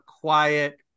quiet